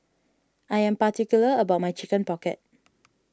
I am particular about my Chicken Pocket